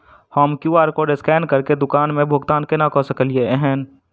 हम QR code scan करके दुकान मे भुगतान केना करऽ सकलिये एहन?